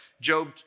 Job